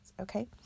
okay